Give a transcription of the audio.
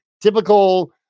typical